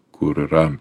kur yra